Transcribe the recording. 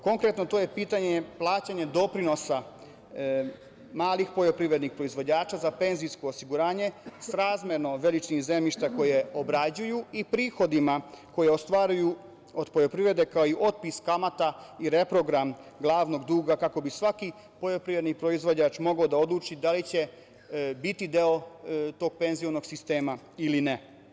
Konkretno to je pitanje plaćanja doprinosa malih poljoprivrednih proizvođača za penzijsko osiguranje srazmerno veličini zemljišta koje obrađuju i prihodima koje ostvaruju od poljoprivrede kao i otpis kamata i reprogram glavnog duga kako bi svaki poljoprivredi proizvođač mogao da odluči da li će biti deo tog penzijskog sistema ili ne.